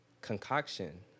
concoction